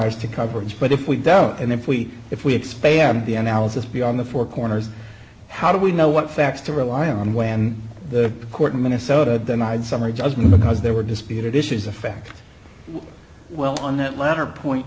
rise to coverage but if we don't and if we if we expand the analysis beyond the four corners how do we know what facts to rely on when the court in minnesota then i'd summary judgment because there were disputed issues affect well on that latter point